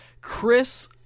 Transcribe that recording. Chris